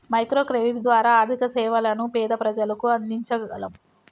micro credit ద్వారా ఆర్థిక సేవలను పేద ప్రజలకు అందించగలం